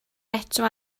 eto